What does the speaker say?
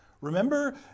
Remember